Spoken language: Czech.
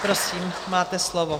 Prosím, máte slovo.